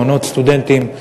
מעונות סטודנטים.